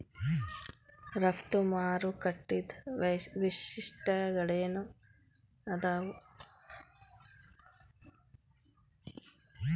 ರಫ್ತು ಮಾರುಕಟ್ಟಿದ್ ವೈಶಿಷ್ಟ್ಯಗಳೇನೇನ್ ಆದಾವು?